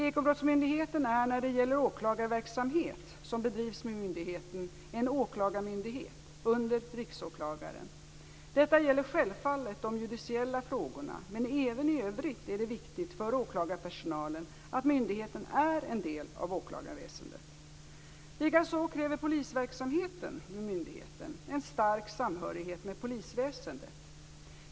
Ekobrottsmyndigheten är när det gäller åklagarverksamhet som bedrivs vid myndigheten en åklagarmyndighet under Riksåklagaren. Detta gäller självfallet de judiciella frågorna men även i övrigt är det viktigt för åklagarpersonalen att myndigheten är en del av åklagarväsendet. Likaså kräver polisverksamheten vid myndigheten en stark samhörighet med polisväsendet.